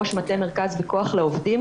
ראש מטה מרכז בכוח לעובדים.